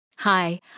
Hi